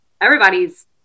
everybody's